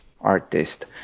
artist